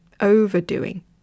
Overdoing